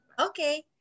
Okay